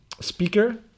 speaker